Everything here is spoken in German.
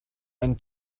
ein